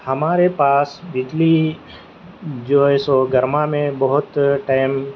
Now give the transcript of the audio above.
ہمارے پاس بجلی جو ہے سو گرما میں بہت ٹیم